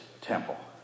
temple